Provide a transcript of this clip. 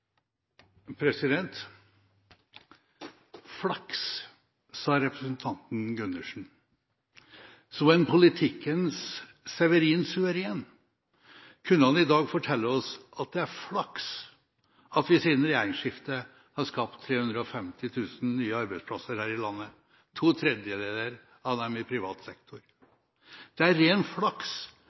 er flaks at vi siden regjeringsskiftet har skapt 350 000 nye arbeidsplasser her i landet, to tredjedeler av dem i privat sektor. Det er ren flaks